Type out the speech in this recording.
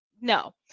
no